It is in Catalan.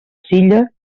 silla